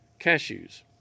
cashews